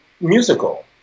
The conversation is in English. musical